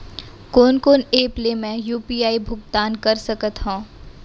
कोन कोन एप ले मैं यू.पी.आई भुगतान कर सकत हओं?